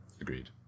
Agreed